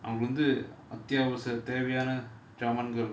அவங்க வந்து அத்தியாவசிய தேவையான ஜாமான்கள்:avanga vanthu athiyaavasiya thevaiyaana jaamaangal